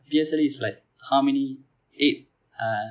P_S_L_E is like how many eight